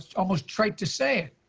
almost tried to say it,